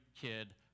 kid